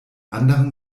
anderen